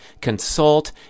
consult